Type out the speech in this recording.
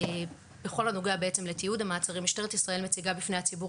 בכל הנוגע לתיעוד המעצרים משטרת ישראל מציגה בפני הציבור